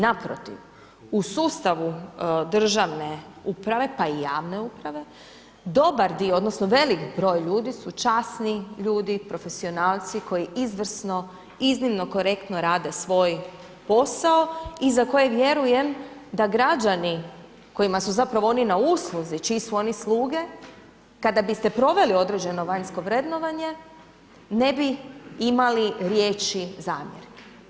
Naprotiv, u sustavu državne uprave, pa i javne uprave, dobar dio odnosno velik broj ljudi su časni ljudi, profesionalci koji izvrsno, iznimno korektno rade svoj posao i za koje vjerujem da građani kojima su zapravo oni na usluzi, čiji su oni sluge, kada biste proveli određeno vanjsko vrednovanje, ne bi imali riječi zamjerke.